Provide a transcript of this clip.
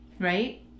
right